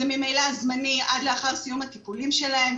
זה ממילא זמני עד לאחר סיום הטיפולים שלהם,